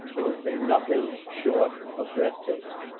it has been nothing short of breath-taking.